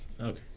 okay